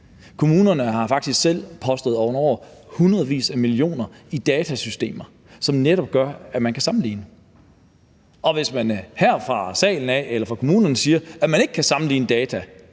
Kommunerne har faktisk selv over nogle år har postet hundredvis af millioner kroner i datasystemer, som netop gør, at man kan sammenligne. Og hvis man her fra salen eller fra kommunerne siger, at man ikke kan sammenligne data,